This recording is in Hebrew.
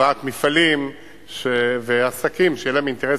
הבאת מפעלים ועסקים שיהיה להם אינטרס